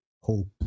hope